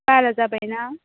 बारा जाबाय ना